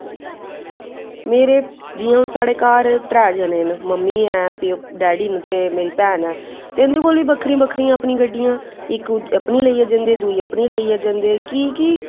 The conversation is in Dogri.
मेरे जि'यां हून साढ़े घर त्रै जनें न मम्मी ऐ डैड़ी ते मेरी भैन ऐ ते उं'दे कोल बी अपनियां अपनियां बक्खरियां गड्डियां इक अपनी लेइयै जंदे दुई अपनी लेइयै जंदे की कि